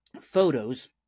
photos